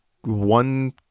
one